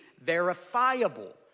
verifiable